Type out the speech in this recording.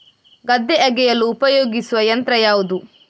ಗದ್ದೆ ಅಗೆಯಲು ಉಪಯೋಗಿಸುವ ಯಂತ್ರ ಯಾವುದು?